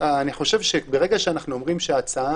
אני חושב שברגע שאנחנו אומרים שההצעה